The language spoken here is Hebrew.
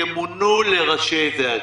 ימונו לראשי ועדות.